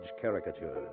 caricature